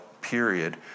period